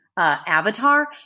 Avatar